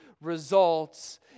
results